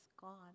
gone